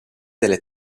delle